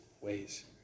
ways